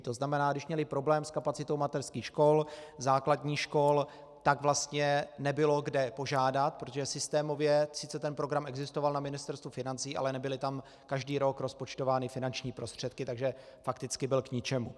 To znamená, když měly problém s kapacitou mateřských škol, základních škol, tak vlastně nebylo kde požádat, protože systémově sice ten program existoval na Ministerstvu financí, ale nebyly tam každý rok rozpočtovány finanční prostředky, takže fakticky byl k ničemu.